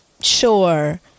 sure